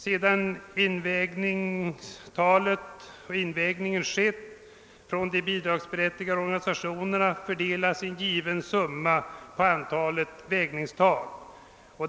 Sedan invägningen har skett från de bidragsberättigade organisationerna fördelas en given summa på antalet vägningstal.